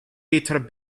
ritter